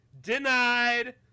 Denied